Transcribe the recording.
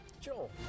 Joel